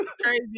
crazy